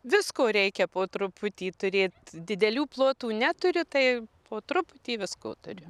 visko reikia po truputį turėt didelių plotų neturiu tai po truputį visko turiu